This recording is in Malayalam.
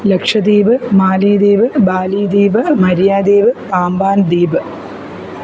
ലക്ഷദ്വീപ് മാലിദ്വീപ് ബാലിദ്വീപ് മരിയാദ്വീപ് പാമ്പന് ദ്വീപ്